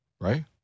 right